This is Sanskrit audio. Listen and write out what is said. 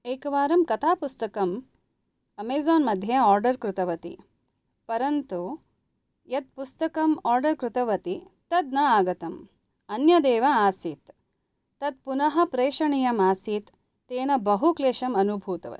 एकवारं कथापुस्तकम् अमेसान् मध्ये आर्डर् कृतवती परन्तु यत् पुस्तकम् आर्डर् कृतवती तद् न आगतम् अन्यदेव आसीत् तत् पुनः प्रेषणीयमासीत् तेन बहु क्लेषम् अनुभूतवती